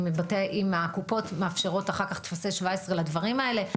אם הקופות מאפשרות אחר כך טופסי 17 לדברים האלה.